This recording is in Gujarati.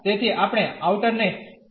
તેથી આપણે આઉટર ને ઠીક કરીએ છીએ